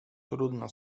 trudno